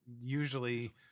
usually